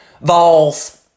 Vols